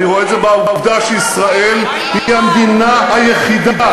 אני רואה את זה בעובדה שישראל היא המדינה היחידה,